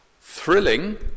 thrilling